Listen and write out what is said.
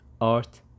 art